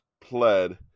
pled